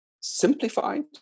simplified